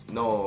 no